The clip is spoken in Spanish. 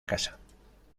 casa